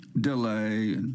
delay